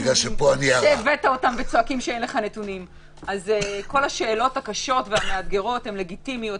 אז כל השאלות הקשות והמאתגרות הן לגיטימיות.